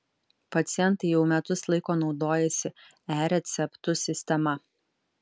pacientai jau metus laiko naudojasi e receptų sistema